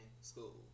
school